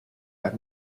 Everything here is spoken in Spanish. las